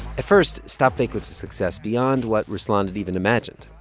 at first, stopfake was a success beyond what ruslan had even imagined.